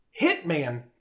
Hitman